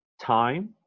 time